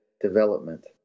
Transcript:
development